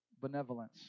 benevolence